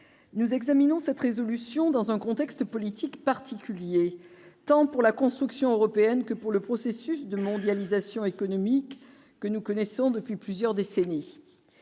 nous examinons cette résolution, dans un contexte politique particulier, tant pour la construction européenne que pour le processus de mondialisation économique que nous connaissons depuis plusieurs décennies